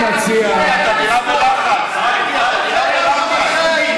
מציע, חיים.